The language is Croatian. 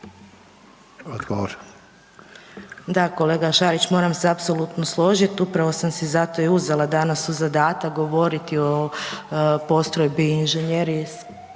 (HDZ)** Da kolega Šarić, moram se apsolutno služit upravo sam si zato i uzela danas u zadata govoriti o postrojbi inžinjerije,